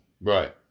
Right